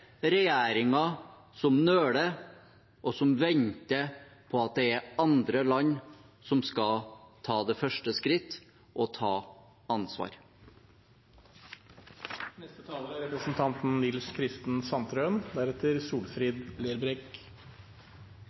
som nøler, og som venter på at andre land skal ta det første skrittet og ta ansvar. Jeg vil også ta opp forslag nr. 68 og 69, fra SV. Representanten